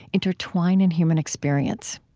intertwine in human experience